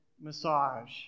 massage